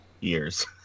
years